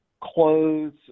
clothes